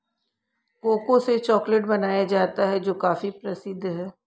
cocoa से chocolate बनाया जाता है जो काफी प्रसिद्ध है